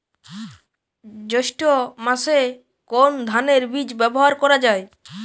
জৈষ্ঠ্য মাসে কোন ধানের বীজ ব্যবহার করা যায়?